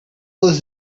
was